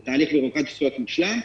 זה תהליך ביורוקרטי שצריך להיות מושלם.